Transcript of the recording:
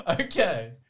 okay